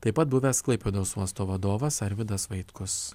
taip pat buvęs klaipėdos uosto vadovas arvydas vaitkus